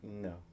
No